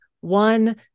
one